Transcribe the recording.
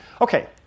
Okay